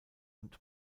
und